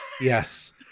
yes